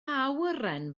awyren